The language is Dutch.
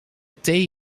thee